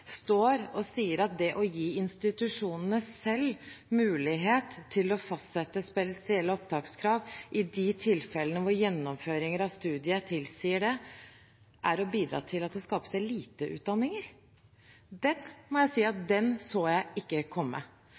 og si at det å gi institusjonene selv mulighet til å fastsette spesielle opptakskrav i de tilfellene gjennomføringen av studiet tilsier det, er å bidra til at det skapes eliteutdanninger. Jeg må si at den så jeg ikke komme.